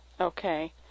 Okay